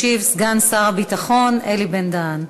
ישיב סגן שר הביטחון אלי בן-דהן.